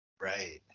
Right